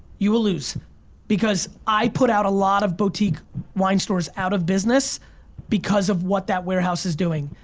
you will lose because i put out a lot of boutique wine stores out of business because of what that warehouse is doing.